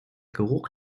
geruch